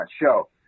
show